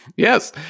Yes